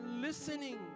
listening